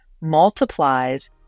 multiplies